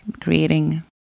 creating